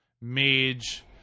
mage